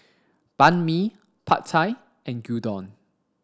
Banh Mi Pad Thai and Gyudon